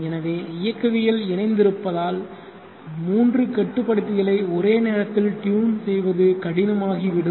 எனவே இயக்கவியல் இணைந்திருப்பதால் 3 கட்டுப்படுத்திகளை ஒரே நேரத்தில் டியூன் செய்வது கடினமாகிவிடும்